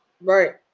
right